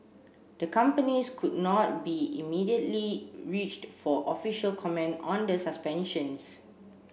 the companies could not be immediately reached for official comment on the suspensions